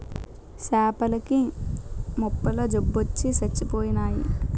సేపల కి మొప్పల జబ్బొచ్చి సచ్చిపోయినాయి